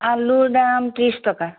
আলুৰ দাম ত্ৰিছ টকা